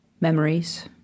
Memories